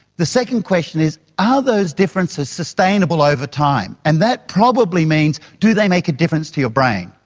the second question is are those differences sustainable over time? and that probably means do they make a difference to your brain?